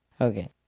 Okay